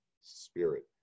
Spirit